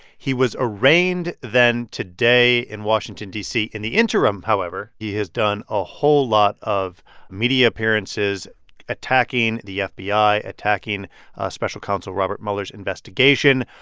he was arraigned, then, today in washington, d c. in the interim, however, he has done a whole lot of media appearances attacking the fbi, attacking special counsel robert mueller's investigation,